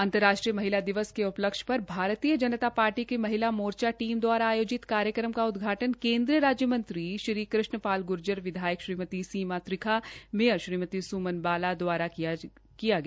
अंतर्राष्ट्रीय महिला दिवस के उपलक्ष्य पर भारतीय जनता पार्टी की महिला मोर्चा टीम दवारा आयोजित कार्यक्रम का उदघाटन केन्द्रीय राज्य मंत्री श्री कृष्ण पाल गूर्जर विधायक श्रीमती सीमा त्रिखा मेयर श्रीमती स्मन बाला दवारा किया गया